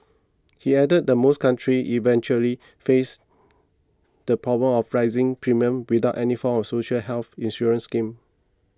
he added that most countries eventually face the problem of rising premiums without any form of social health insurance scheme